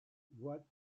what